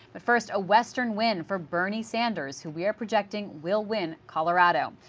but first, a western win for bernie sanders who we are projecting will win colorado.